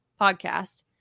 podcast